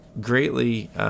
greatly